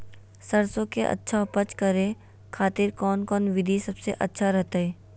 सरसों के अच्छा उपज करे खातिर कौन कौन विधि सबसे अच्छा रहतय?